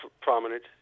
prominent